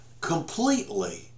completely